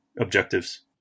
objectives